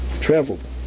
traveled